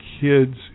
kids